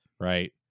right